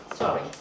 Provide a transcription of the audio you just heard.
Sorry